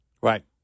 Right